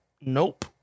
Nope